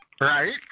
right